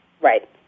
Right